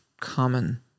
common